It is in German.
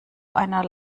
einer